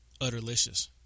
Utterlicious